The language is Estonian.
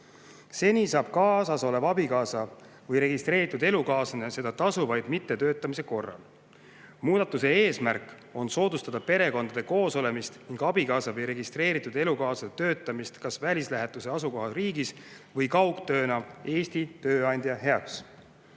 Seni saab kaasasolev abikaasa või registreeritud elukaaslane seda tasu vaid mittetöötamise korral. Muudatuse eesmärk on soodustada perekondade koos olemist ning abikaasa või registreeritud elukaaslase töötamist kas välislähetuse asukohariigis või kaugtööna Eesti tööandja heaks.